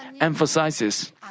emphasizes